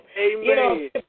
Amen